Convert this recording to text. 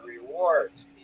rewards